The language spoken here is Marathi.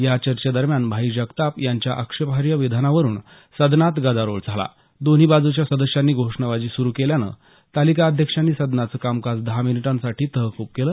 या चर्चे दरम्यान भाई जगताप यांच्या आक्षेपार्ह विधानावरून सद्नात गदारोळ झाला दोन्ही बाजूच्या सदस्यांनी घोषणाबाजी सुरू केल्यानं तालिका अध्यक्षांनी सदनाचं कामकाज दहा मिनिटांसाठी तहकूब केलं